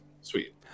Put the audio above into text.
Sweet